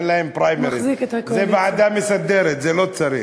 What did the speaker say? אין להם פריימריז, יש ועדה מסדרת, לא צריך.